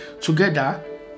Together